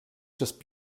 just